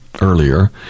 earlier